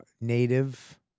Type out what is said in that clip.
Native